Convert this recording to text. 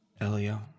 Elio